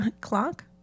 Clock